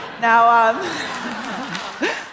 Now